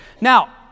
Now